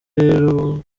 rero